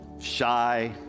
shy